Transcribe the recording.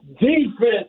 defense